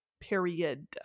period